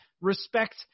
respect